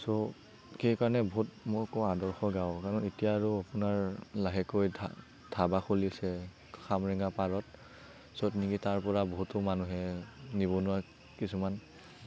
ছ' কাৰণে বহুত মই কওঁ আদৰ্শ গাওঁ কাৰণ এতিয়া আৰু আপোনাৰ লাহেকৈ ধা ধাবা খুলিছে খামৰেঙা পাৰত য'ত নেকি তাৰপৰা বহুতো মানুহে নিবনুৱা কিছুমান